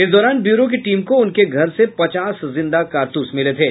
इस दौरान ब्यूरो की टीम को उनके घर से पचास जिंदा कारतूस मिले थे